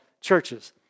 churches